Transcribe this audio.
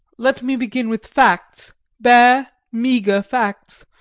let me begin with facts bare, meagre facts,